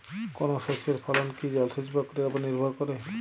কোনো শস্যের ফলন কি জলসেচ প্রক্রিয়ার ওপর নির্ভর করে?